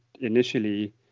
initially